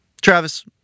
Travis